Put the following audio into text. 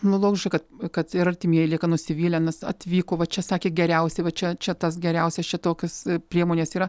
nu logiška kad kad ir artimieji lieka nusivylę nes atvyko va čia sakė geriausia va čia čia tas geriausias čia tokios priemonės yra